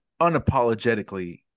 unapologetically